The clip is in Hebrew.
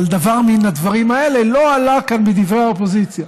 אבל דבר מן הדברים האלה לא עלה כאן בדברי האופוזיציה.